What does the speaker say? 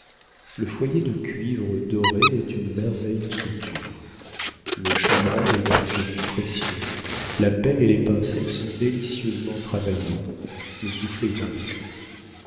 le foyer de cuivre doré est une merveille de sculpture le chambranle est d'un fini précieux la pelle et les pincettes sont délicieusement travaillées le soufflet est un bijou